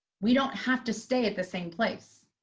we don't have to stay at the same place.